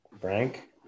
Frank